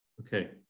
Okay